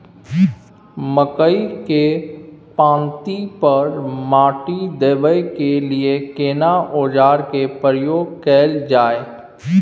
मकई के पाँति पर माटी देबै के लिए केना औजार के प्रयोग कैल जाय?